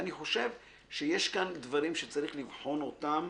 אני חושב שיש כאן דברים שצריך לבחון אותם